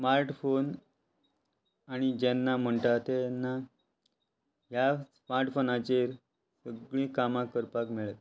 smart phone आमी जेन्ना म्हणटा तेन्ना ह्या स्मार्ट फोनाचेर सगळीं कामां करपाक मेळता